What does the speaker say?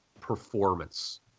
performance